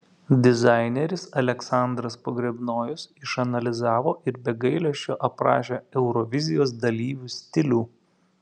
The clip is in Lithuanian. dizaineris aleksandras pogrebnojus išanalizavo ir be gailesčio aprašė eurovizijos dalyvių stilių